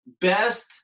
Best